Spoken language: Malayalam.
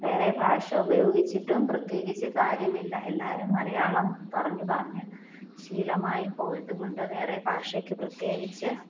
വേറെ ഭാഷ ഉപയോഗിച്ചിട്ടും പ്രത്യേകിച്ച് കാര്യമില്ല എല്ലാവരും മലയാളം പറഞ്ഞു പറഞ്ഞ് ശീലമായി പോയതു കൊണ്ട് വേറെ ഭാഷയ്ക്ക് പ്രത്യേകിച്ച്